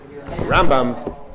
Rambam